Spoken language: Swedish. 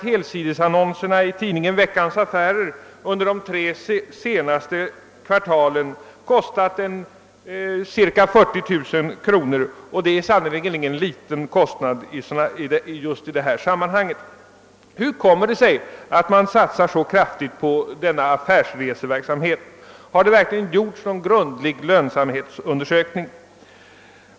Helsidesannonserna i Veckans Affärer under de tre senaste kvartalen torde ha kostat cirka 40 000 kronor och det är sannerligen ingen liten kostnad i detta sammanhang. Hur kommer det sig att det satsas så kraftigt på denna affärsreseverksamhet? Har det verkligen gjorts någon grundlig lönsamhetsundersökning?